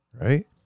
Right